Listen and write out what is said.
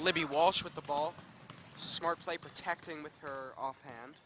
libby walsh with the ball smart play protecting with her off